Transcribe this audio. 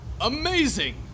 Amazing